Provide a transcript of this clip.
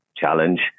challenge